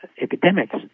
epidemics